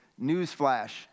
Newsflash